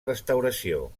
restauració